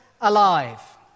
alive